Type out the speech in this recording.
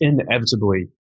inevitably